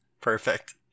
Perfect